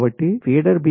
కాబట్టి feeder B కోసం 1